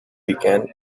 began